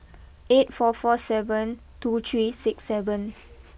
eight four four seven two three six seven